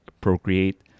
procreate